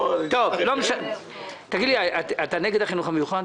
תגיד לי, אתה נגד החינוך המיוחד?